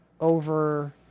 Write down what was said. over